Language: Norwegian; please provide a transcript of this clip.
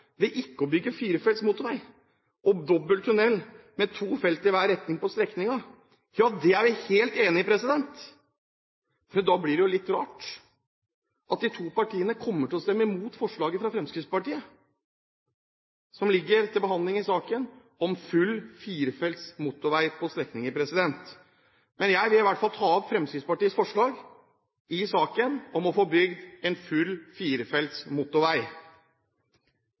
ved ikke å bygge firefelts motorvei og dobbel tunnel med to felt i hver retning på strekningen. Det er jeg helt enig i! Da blir det jo litt rart at de to partiene kommer til å stemme imot forslaget fra Fremskrittspartiet som ligger til behandling i saken, om full firefelts motorvei på strekningen. Men jeg vil i hvert fall ta opp Fremskrittspartiets forslag i saken om å få bygd en full firefelts motorvei.